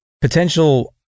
potential